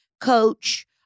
coach